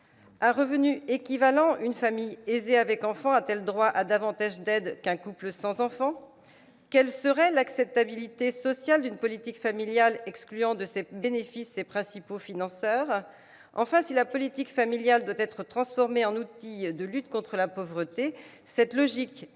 À revenus équivalents, une famille aisée avec enfants a-t-elle droit à davantage d'aides qu'un couple sans enfant ? Quelle serait l'acceptabilité sociale d'une politique familiale excluant de ses bénéfices ses principaux financeurs ?